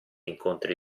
incontri